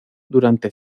durante